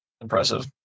Impressive